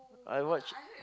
I watch